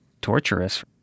torturous